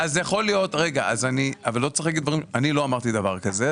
אני לא אמרתי דבר כזה.